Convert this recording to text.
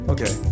Okay